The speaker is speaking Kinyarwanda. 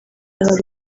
hari